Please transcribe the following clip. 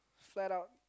flat out